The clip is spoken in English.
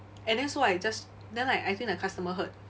and then so I just then like I think the customer heard